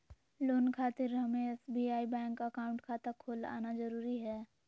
Loan खातिर हमें SBI bank account खाता खोल आना जरूरी है?